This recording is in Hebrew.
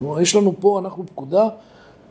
יש לנו פה, אנחנו פקודה.